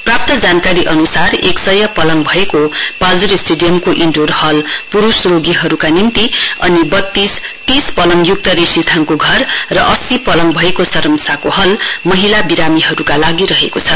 प्राप्त जानकारी अन्सार एक सय पलङ भएको पाल्जोर स्टेडियमको इण्डोर हल प्रूष रोगीहरूका निम्ति अनि तीस रेशिथाङका घर र अस्सी पलङ भएको सरमसाका हल महिला बिरामीहरूको लागि रहेको छ